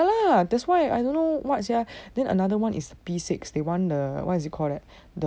ya lah that's why I don't know what sia then another one is P six they want the what is it call that